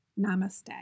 Namaste